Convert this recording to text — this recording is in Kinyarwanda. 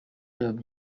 byaba